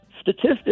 statistics